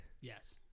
Yes